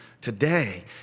today